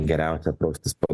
geriausia praustis po